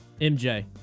MJ